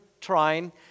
trying